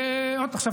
עכשיו,